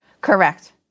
Correct